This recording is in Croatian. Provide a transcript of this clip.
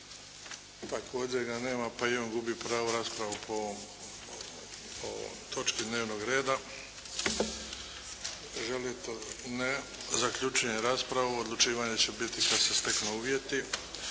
Također ga nema, pa i on gubi pravo rasprave po ovoj točki dnevnog reda. Želite li? Ne. Zaključujem raspravu. Odlučivanje će biti kad se steknu uvjeti.